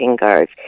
guards